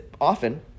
often